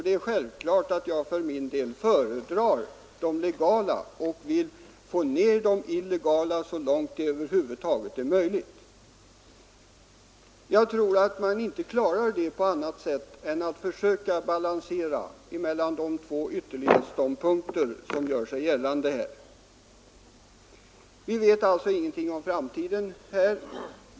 Det är självklart att jag för min del föredrar de legala aborterna och vill få ned de illegala så långt det över huvud taget är möjligt. Jag tror att man inte klarar det på annat sätt än genom att försöka balansera mellan de två ytterlighetsståndpunkter som gör sig gällande här. Vi vet alltså ingenting om framtiden.